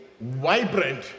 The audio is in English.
vibrant